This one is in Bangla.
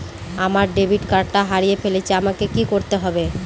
আমার ডেবিট কার্ডটা হারিয়ে ফেলেছি আমাকে কি করতে হবে?